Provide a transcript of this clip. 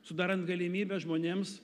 sudarant galimybę žmonėms